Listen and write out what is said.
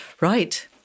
right